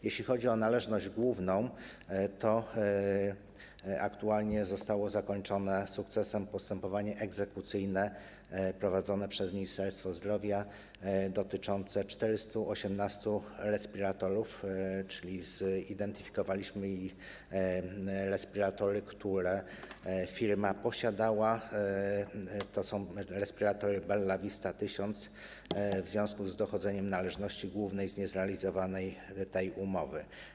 Jeśli chodzi o należność główną, to sukcesem zostało zakończone postępowanie egzekucyjne prowadzone przez Ministerstwo Zdrowia dotyczące 418 respiratorów, czyli zidentyfikowaliśmy respiratory, które firma posiadała - to są respiratory Bellavista 1000 - w związku z dochodzeniem należności głównej z niezrealizowanej tej umowy.